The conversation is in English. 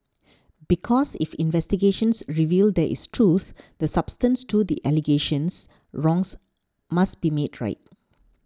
because if investigations reveal there is truth the substance to the allegations wrongs must be made right